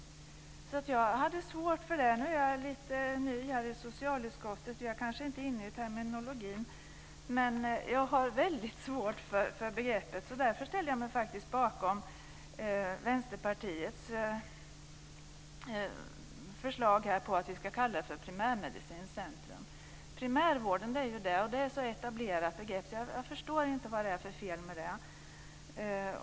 Jag har haft svårt för det begreppet. Nu är jag ny i socialutskottet och kanske inte inne i terminologin. Jag ställer mig bakom Vänsterpartiets förslag att vi ska kalla det för primärmedicinskt centrum. Primärvården är ett etablerat begrepp. Jag förstår inte vad det är för fel med det.